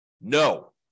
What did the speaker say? no